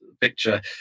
picture